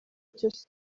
cyose